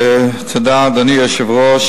אדוני היושב-ראש,